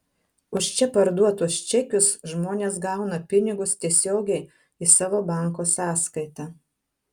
už čia parduotus čekius žmonės gauna pinigus tiesiogiai į savo banko sąskaitą